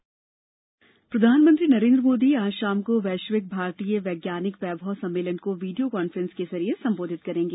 प्रधानमंत्री संबोधन प्रधानमंत्री नरेन्द्र मोदी आज शाम को वैश्विक भारतीय वैज्ञानिक वैभव सम्मेलन को वीडियो कॉन्फ्रेंस के जरिए संबोधित करेंगे